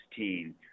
2016